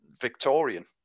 Victorian